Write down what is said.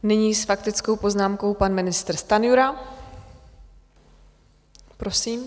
Nyní s faktickou poznámkou pan ministr Stanjura, prosím.